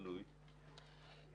במה זה תלוי?